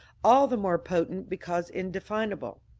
all the more potent because indefinable.